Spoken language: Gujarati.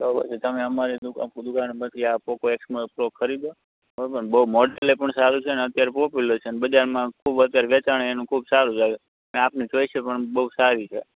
તો પછી તમે અમારી દુકાનમાંથી આ પોકો એક્સ ફાઈવ સ્માર્ટફોન ખરીદો બહુ મોડલ પણ સારું છે અને અત્યારે પોપ્યુલર છે બજારમાં ખૂબ અત્યારે વેચાણ એનું ખૂબ સારું ચાલે આપની ચોઈસ પણ બહુ સારી છે